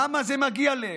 למה זה מגיע להם?